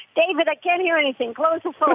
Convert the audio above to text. david i can't hear anything, close um sort of